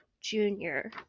junior